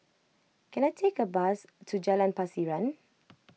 can I take a bus to Jalan Pasiran